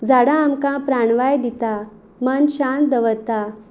झाडां आमकां प्राणवाय दिता मन शांत दवरता